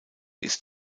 ist